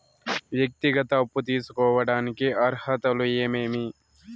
వ్యక్తిగత అప్పు తీసుకోడానికి అర్హతలు ఏమేమి